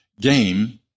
game